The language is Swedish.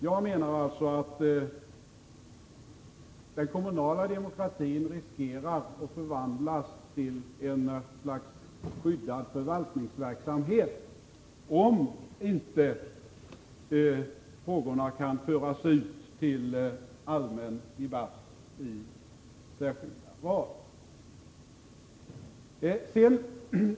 Jag anser att den kommunala demokratin riskerar att förvandlas till ett slags skyddad förvaltningsverksamhet, om inte de kommunala frågorna kan föras ut till en allmän debatt i särskilda val.